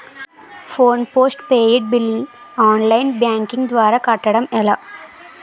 Phone postpaid bill online banking ద్వారా కట్టడం ఎలా?